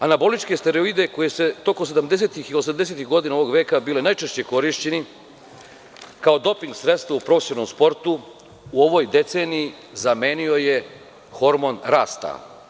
Anaboličke steroide koji se tokom sedamdesetih i osamdesetih godina ovog veka bili najčešće korišćeni kao doping sredstva u profesionalnom sportu, u ovoj deceniji zamenio je hormon rasta.